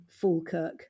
Falkirk